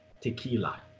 Tequila